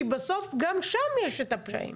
כי בסוף גם שם יש את הפשעים,